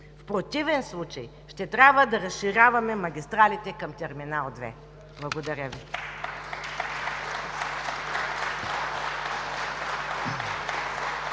В противен случай ще трябва да разширяваме магистралите към Терминал 2. Благодаря Ви.